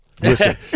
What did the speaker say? Listen